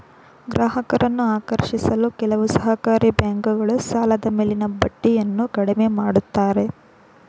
ಗ್ರಾಹಕರನ್ನು ಆಕರ್ಷಿಸಲು ಕೆಲವು ಸಹಕಾರಿ ಬ್ಯಾಂಕುಗಳು ಸಾಲದ ಮೇಲಿನ ಬಡ್ಡಿಯನ್ನು ಕಡಿಮೆ ಮಾಡುತ್ತಾರೆ